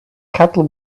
kettle